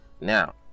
Now